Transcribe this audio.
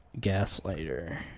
Gaslighter